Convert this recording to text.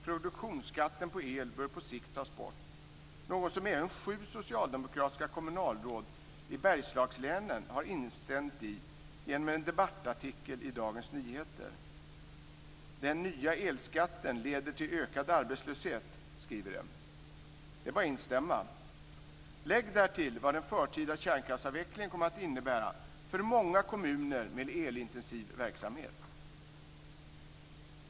Produktionsskatten på el bör på sikt tas bort, något som även sju socialdemokratiska kommunalråd i Bergslagslänen har instämt i genom en debattartikel i Dagens Nyheter: "Den nya elskatten leder till ökad arbetslöshet", skriver de. Det är bara att instämma. Lägg därtill vad den förtida kärnkraftsavvecklingen kommer att innebära för många kommuner med elintensiv verksamhet.